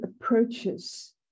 approaches